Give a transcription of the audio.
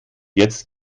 jetzt